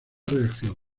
reacción